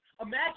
Imagine